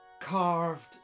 carved